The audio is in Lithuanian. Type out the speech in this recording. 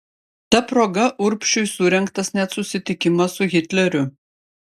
ta proga urbšiui surengtas net susitikimas su hitleriu